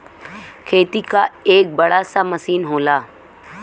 खेती क एक बड़ा सा मसीन होला